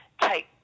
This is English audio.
take